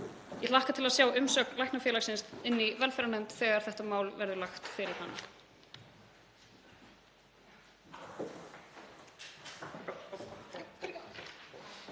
Ég hlakka til að sjá umsögn Læknafélagsins inni í velferðarnefnd þegar þetta mál verður lagt fyrir hana.